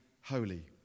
holy